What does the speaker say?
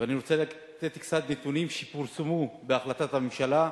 ואני רוצה לתת קצת נתונים שפורסמו בהחלטת הממשלה.